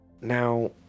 Now